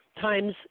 times